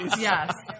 Yes